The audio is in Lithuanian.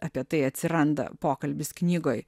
apie tai atsiranda pokalbis knygoj